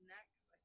Next